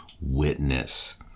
witness